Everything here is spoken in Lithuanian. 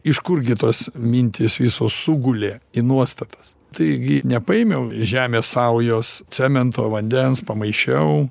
iš kurgi tos mintys visos sugulė į nuostatas taigi nepaėmiau žemės saujos cemento vandens pamaišiau